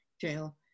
jail